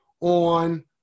on